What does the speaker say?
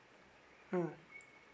mm